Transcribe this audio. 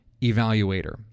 evaluator